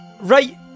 Right